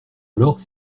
alors